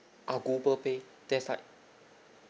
uh google pay there's like